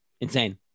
Insane